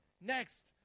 next